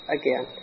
again